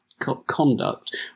conduct